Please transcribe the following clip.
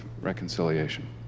reconciliation